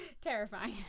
terrifying